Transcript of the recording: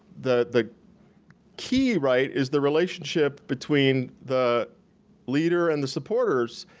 the the key right is the relationship between the leader and the supporters,